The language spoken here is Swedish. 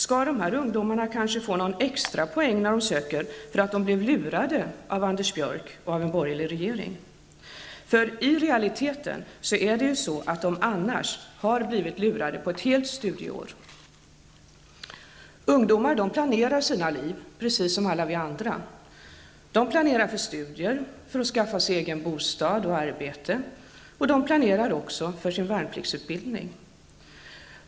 Skall dessa ungdomar möjligen få någon extra poäng när de söker, eftersom de blev lurade av Anders Björck och den borgerliga regeringen? I realiteten har de annars blivit lurade på ett helt studieår. Ungdomar planerar sina liv, precis som alla vi andra. De planerar för studier och för att skaffa sig egen bostad och arbete. De planerar också för sin värnpliktsutbildning.